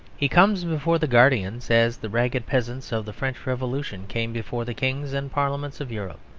he comes before the guardians as the ragged peasants of the french revolution came before the kings and parliaments of europe.